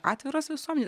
atviros visuomenei